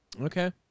Okay